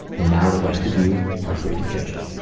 and now the rest of you are free to judge it.